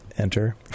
enter